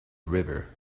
river